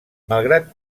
malgrat